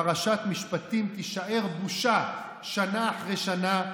פרשת משפטים תישאר בושה שנה אחרי שנה,